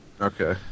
Okay